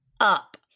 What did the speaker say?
up